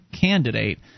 candidate